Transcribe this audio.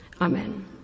Amen